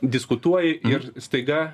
diskutuoji ir staiga